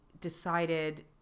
decided